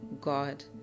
God